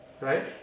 right